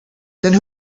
then